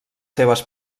seves